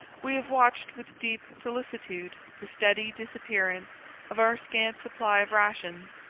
we have watched with deep solicitude the steady disappearance of our scant supply of rations,